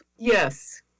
Yes